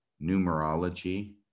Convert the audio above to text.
numerology